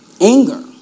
anger